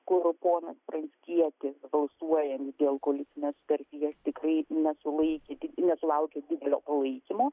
kur ponas pranckietis balsuojant dėl koalicinės sutarties tikrai nesulaikė nesulaukė didelio palaikymo